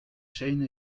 shane